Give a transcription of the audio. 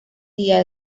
día